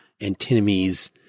antinomies